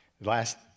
Last